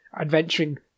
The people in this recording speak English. adventuring